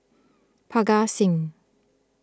Parga Singh